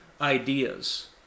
ideas